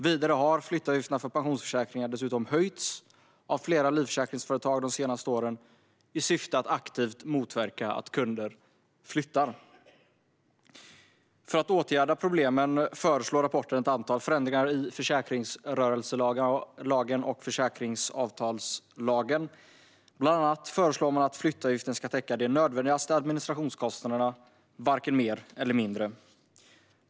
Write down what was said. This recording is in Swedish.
Vidare har flyttavgifterna för pensionsförsäkringar dessutom höjts av flera livförsäkringsföretag de senaste åren i syfte att aktivt motverka att kunder flyttar. För att åtgärda problemen föreslås i rapporten ett antal förändringar i försäkringsrörelselagen och försäkringsavtalslagen. Bland annat föreslås att flyttavgiften ska täcka de nödvändigaste administrationskostnaderna, varken mer eller mindre.